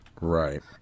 right